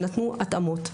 ונתנו התאמות.